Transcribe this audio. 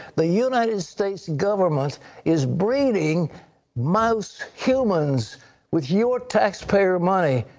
the united states government is reading mouse humans with your tax payer money.